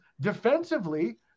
defensively